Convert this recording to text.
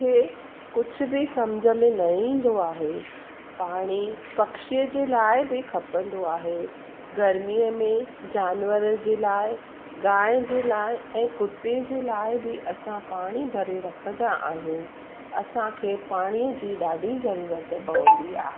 खे कुझु बि सम्झि में न ईंदो आहे पाणी पक्षीअ जे लाइ बि खपंदो आहे गर्मीअ में जानवर जे लाइ गांइ जे लाइ ऐं कुते जे लाइ बि असां पाणी भरे रखंदा आहियूं असांखे पाणीअ जी ॾाढी ज़रूरत पवंदी आहे